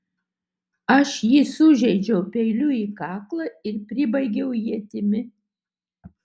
aš jį sužeidžiau peiliu į kaklą ir pribaigiau ietimi